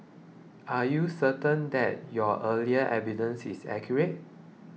are you certain that your earlier evidence is accurate